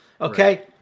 okay